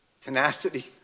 tenacity